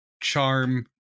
charm